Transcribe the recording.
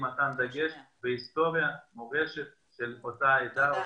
דגש להיסטוריה ומורשת של אותה עדה.